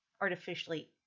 artificially